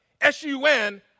S-U-N